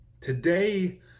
Today